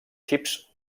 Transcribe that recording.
xips